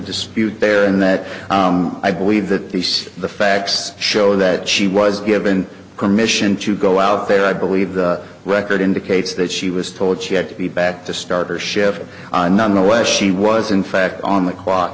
dispute there in that i believe that these are the facts show that she was given permission to go out there i believe the record indicates that she was told she had to be bad to start her shift nonetheless she was in fact on the